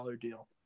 deal